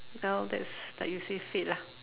ya that's like you say fate lah